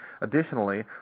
Additionally